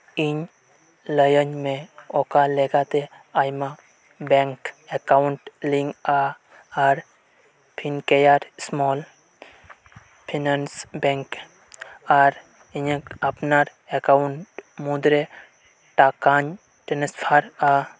ᱤᱧ ᱞᱟᱹᱭᱟᱹᱧ ᱢᱮ ᱚᱠᱟ ᱞᱮᱠᱟᱛᱮ ᱟᱭᱢᱟ ᱵᱮᱝᱠ ᱮᱠᱟᱣᱩᱴᱧ ᱞᱤᱝᱠ ᱟ ᱟᱨ ᱯᱷᱤᱱᱠᱮᱭᱟᱨ ᱥᱢᱚᱞ ᱯᱷᱤᱱᱟᱱᱥ ᱵᱮᱝᱠ ᱟᱨ ᱤᱧᱟᱹᱜ ᱟᱯᱱᱟᱨ ᱮᱠᱟᱣᱩᱴ ᱢᱩᱫᱽᱨᱮ ᱴᱟᱠᱟᱧ ᱴᱨᱟᱱᱥᱯᱷᱟᱨᱼᱟ